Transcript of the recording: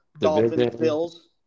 Dolphins-Bills